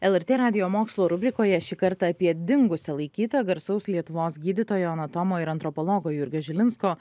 lrt radijo mokslo rubrikoje šį kartą apie dingusia laikytą garsaus lietuvos gydytojo anatomo ir antropologo jurgio žilinsko